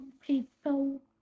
people